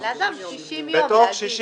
ולאדם 60 יום.